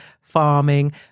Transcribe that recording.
Farming